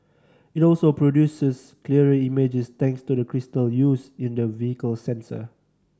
it also produces clearer images thanks to the crystal used in the vehicle's sensor